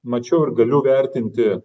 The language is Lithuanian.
mačiau ir galiu vertinti